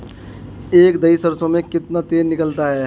एक दही सरसों में कितना तेल निकलता है?